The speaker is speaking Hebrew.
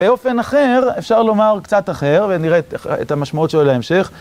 באופן אחר, אפשר לומר, קצת אחר, ונראה את המשמעות שלו להמשך.